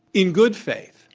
in good faith,